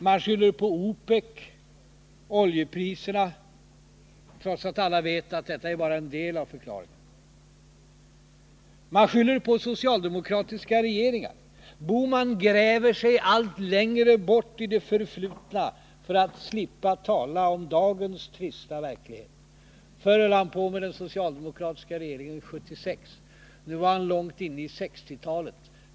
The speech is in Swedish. Man skyller på OPEC och oljepriserna, trots att alla vet att detta är bara en del av förklaringen. Man skyller på socialdemokratiska regeringar. Gösta Bohman gräver sig allt djupare ned i det förflutna för att slippa tala om dagens trista verklighet. Förut höll han på med den socialdemokratiska regeringen 1976. Nu var han långt inne i 1960-talet.